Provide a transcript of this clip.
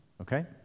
okay